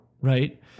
right